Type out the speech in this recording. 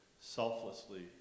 selflessly